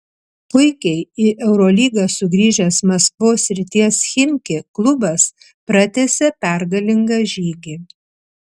puikiai į eurolygą sugrįžęs maskvos srities chimki klubas pratęsė pergalingą žygį